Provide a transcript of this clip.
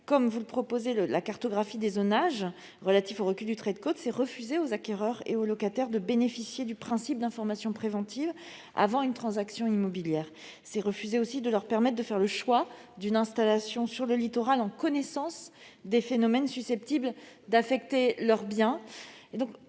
comme vous le proposez, la cartographie des zonages relatifs au recul du trait de côte revient à refuser aux acquéreurs et aux locataires de bénéficier du principe d'information préventive avant une transaction immobilière. Cela revient également à leur refuser la possibilité de faire le choix d'une installation sur le littoral en connaissance des phénomènes susceptibles d'affecter leur bien.